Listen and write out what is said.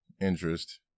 interest